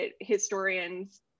historians